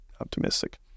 optimistic